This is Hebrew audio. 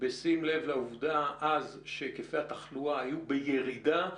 בשים לב שהיקפי התחלואה היו בירידה,